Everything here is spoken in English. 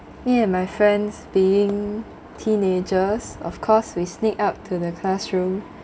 me and my friends being teenagers of course we sneak up to the classroom